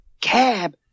Cab